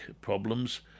problems